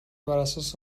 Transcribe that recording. براساس